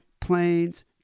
planes